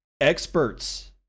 experts